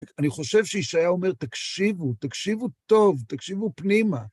אני חושב שישעיה אומר, תקשיבו, תקשיבו טוב, תקשיבו פנימה.